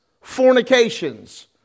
fornications